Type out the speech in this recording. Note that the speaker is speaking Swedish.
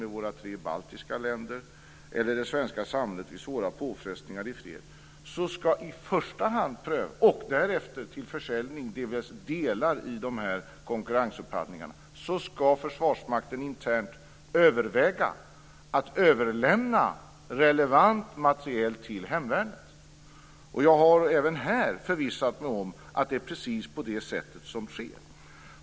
Det gäller t.ex. de frivilliga försvarsorganisationerna i övrigt, humanitära insatser, säkerhetsfrämjande materielsamarbete med de tre baltiska länderna eller det svenska samhället under svåra påfrestningar i fred. Jag har även här förvissat mig om att det sker precis på det sättet.